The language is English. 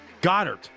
Goddard